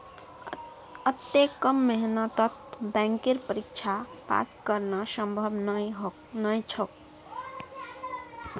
अत्ते कम मेहनतत बैंकेर परीक्षा पास करना संभव नई छोक